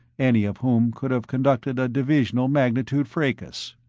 any of whom could have conducted a divisional magnitude fracas.